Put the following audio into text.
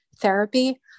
therapy